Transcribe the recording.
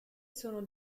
sono